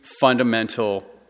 fundamental